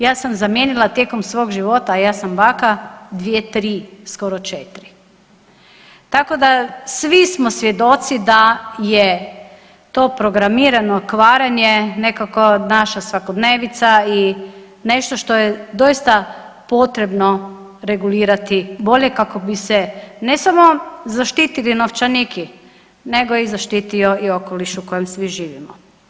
Ja sam zamijenila tijekom svog života, a ja sam baka, 2-3, skoro 4. Tako da svi smo svjedoci da je to programirano kvarenje nekako naša svakodnevnica i nešto što je doista potrebno regulirati bolje kako bi se ne samo zaštitili novčaniki nego i zaštitio i okoliš u kojem svi živimo.